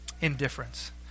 indifference